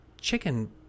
chicken